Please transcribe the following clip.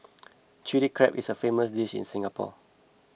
Chilli Crab is a famous dish in Singapore